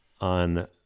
on